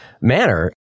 manner